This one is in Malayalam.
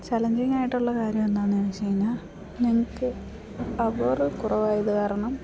ചലഞ്ചിങ്ങായിട്ടുള്ള കാര്യം എന്താണെന്ന് ചോദിച്ചുകഴിഞ്ഞാൽ ഞങ്ങൾക്ക് അവറ് കുറവായത് കാരണം